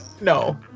No